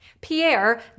Pierre